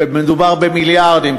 ומדובר במיליארדים,